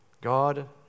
God